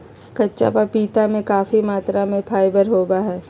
कच्चा पपीता में काफी मात्रा में फाइबर होबा हइ